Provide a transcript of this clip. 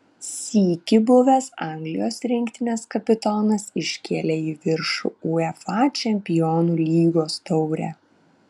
sykį buvęs anglijos rinktinės kapitonas iškėlė į viršų uefa čempionų lygos taurę